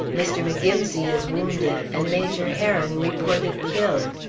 mr. mcgimsey is wounded, and major herron reported killed.